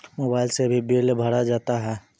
Mobile से भी bill भरा जाता हैं?